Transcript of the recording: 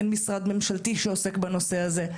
אין משרד ממשלתי שעוסק בנושא הזה.